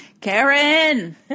Karen